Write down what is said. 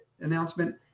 announcement